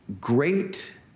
great